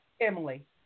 Emily